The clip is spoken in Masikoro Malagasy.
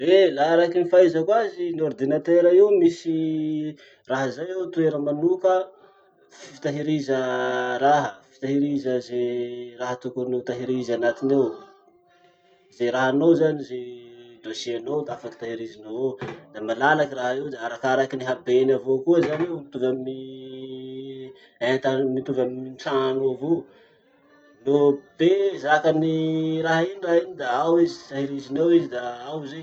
Eh laha arakin'ny fahaizako azy, ordinateur io misy raha zay ao, toera manoka fitahiriza raha, fitahiriza ze raha tokony ho tahirizy anatiny ao. Ze rahanao zany, ze dossier-nao afaky tahirizinao ao. Da malalaky raha io, la arakaraky habeny avao koa zany, mitovy amin'ny enta, mitovy amy trano io avao. No be, zakan'ny raha iny raha iny da ao izy, tahiriziny ao izy da ao zay.